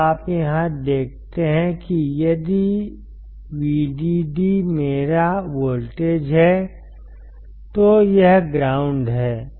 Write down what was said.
तो आप यहाँ देखते हैं कि यदि VDD मेरा वोल्टेज है तो यह ग्राउंड है